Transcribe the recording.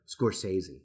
scorsese